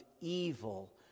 evil